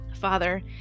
Father